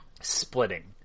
splitting